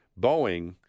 Boeing